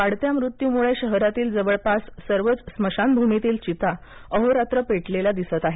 वाढत्या मृत्यूमुळे शहरातील जवळपास सर्वच स्मशानभूमीतील चीता अहोरात्र पेटलेल्या दिसत आहेत